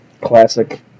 Classic